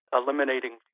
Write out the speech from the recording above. eliminating